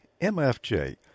MFJ